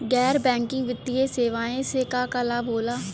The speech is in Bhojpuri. गैर बैंकिंग वित्तीय सेवाएं से का का लाभ होला?